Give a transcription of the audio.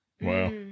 Wow